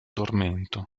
tormento